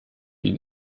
ihn